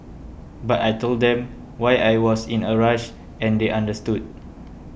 but I told them why I was in a rush and they understood